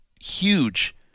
huge